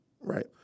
right